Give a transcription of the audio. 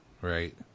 right